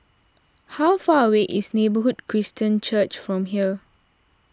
how far away is Neighbourhood Christian Church from here